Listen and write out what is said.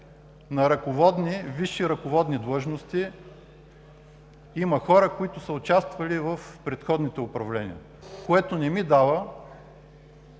на висши ръководни длъжности има хора, които са участвали в предходните управления, което не ми дава